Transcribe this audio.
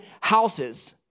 houses